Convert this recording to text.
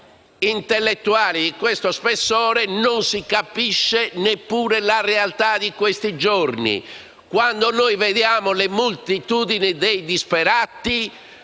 intellettuali di questo spessore, non si capisce neppure la realtà dei nostri giorni. Quando vediamo le moltitudini dei disperati,